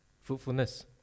fruitfulness